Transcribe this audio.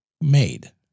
made